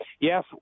yes